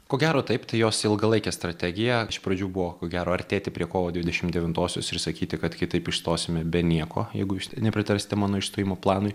ko gero taip tai jos ilgalaikė strategija iš pradžių buvo ko gero artėti prie kovo dvidešim devintosios ir sakyti kad kitaip išstosime be nieko jeigu jūs nepritarsite mano išstojimo planui